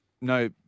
no